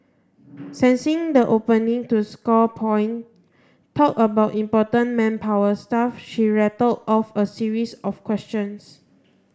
sensing the opening to score point talk about important manpower stuff she rattle off a series of questions